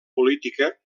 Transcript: política